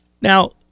Now